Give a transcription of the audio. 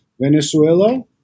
Venezuela